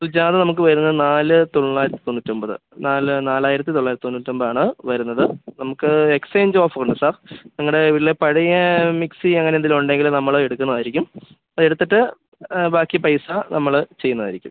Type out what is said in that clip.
സുജാത നമുക്ക് വരുന്നത് നാല് തൊള്ളായിരത്തി തൊണ്ണൂറ്റൊമ്പത് നാല് നാലായിരത്തി തൊള്ളായിരത്തി തൊണ്ണൂറ്റൊമ്പതാണ് വരുന്നത് നമുക്ക് എക്സ്ചേഞ്ച് ഓഫറുണ്ട് സാർ നിങ്ങളുടെ വീട്ടിലെ പഴയ മിക്സി അങ്ങനെ എന്തെങ്കിലും ഉണ്ടെങ്കിൽ നമ്മൾ എടുക്കുന്നതായിരിക്കും അത് എടുത്തിട്ട് ബാക്കി പൈസ നമ്മൾ ചെയ്യുന്നതായിരിക്കും